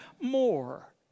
more